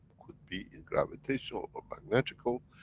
could be in gravitational or magnetical,